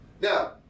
Now